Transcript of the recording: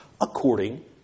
according